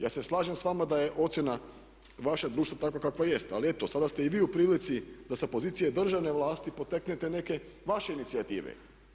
Ja se slažem s vama da je ocjena vaša društva takva kakva jest ali eto sada ste i vi u prilici da sa pozicije državne vlasti potaknete neke vaše inicijative.